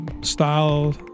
style